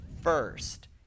first